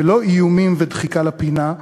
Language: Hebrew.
ולא איומים ודחיקה לפינה,